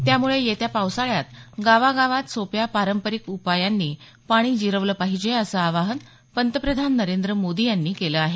त्यामुळे येत्या पावसाळ्यात गावागावात सोप्या पारंपरिक उपायांनी पाणी जिरवलं पाहिजे असं आवाहन पंतप्रधान नरेंद्र मोदी यांनी केलं आहे